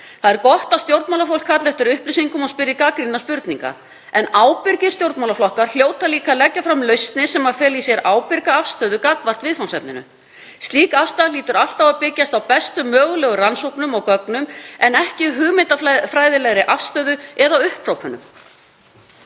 Það er gott að stjórnmálafólk kalli eftir upplýsingum og spyrji gagnrýninna spurninga en ábyrgir stjórnmálaflokkar hljóta líka að leggja fram lausnir sem fela í sér ábyrga afstöðu gagnvart viðfangsefninu. Slík afstaða hlýtur alltaf að byggjast á bestu mögulegu rannsóknum og gögnum en ekki hugmyndafræðilegri afstöðu eða upphrópunum.